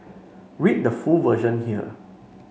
read the full version here